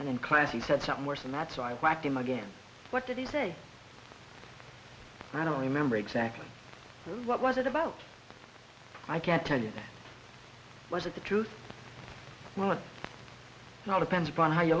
and in class he said something worse than that so i whacked him again what did he say i don't remember exactly what was it about i can't tell you was it the truth and what not depends upon how you